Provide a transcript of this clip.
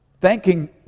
Thanking